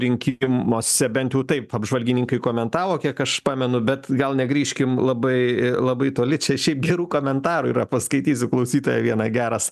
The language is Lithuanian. rinkimuose bent jau taip apžvalgininkai komentavo kiek aš pamenu bet gal negrįžkim labai labai toli čia šiaip gerų komentarų yra paskaitysiu klausytoją vieną geras